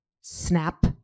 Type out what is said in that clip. Snap